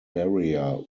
barrier